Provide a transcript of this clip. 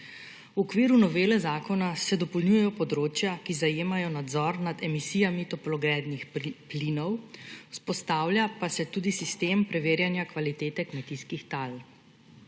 V okviru novele zakona se dopolnjujejo področja, ki zajemajo nadzor nad emisijami toplogrednih plinov, vzpostavlja pa se tudi sistem preverjanja kvalitete kmetijskih tal.